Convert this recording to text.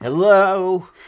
Hello